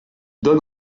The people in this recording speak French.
donne